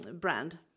brand